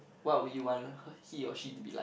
what would you want he or she to be like